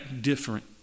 different